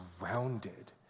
surrounded